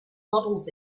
models